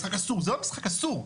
זה לא משחק אסור.